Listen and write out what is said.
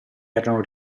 erano